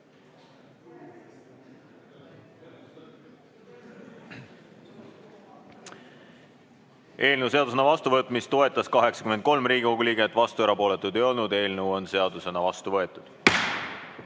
Eelnõu seadusena vastuvõtmist toetas 83 Riigikogu liiget, vastu ja erapooletu ei oldud. Eelnõu on seadusena vastu võetud.